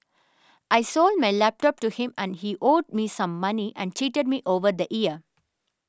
I sold my laptop to him and he owed me some money and cheated me over the year